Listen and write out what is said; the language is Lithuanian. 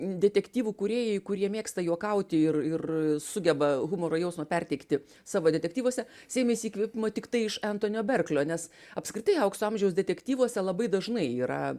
detektyvų kūrėjai kurie mėgsta juokauti ir ir sugeba humoro jausmą perteikti savo detektyvuose sėmėsi įkvėpimo tiktai iš entonio berklio nes apskritai aukso amžiaus detektyvuose labai dažnai yra